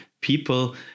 people